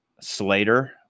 Slater